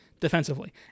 defensively